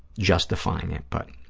justifying it, but.